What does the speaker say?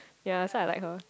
ya so I like her